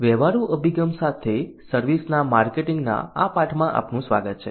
વ્યવહારુ અભિગમ સાથે સર્વિસ ના માર્કેટિંગના આ પાઠમાં આપનું સ્વાગત છે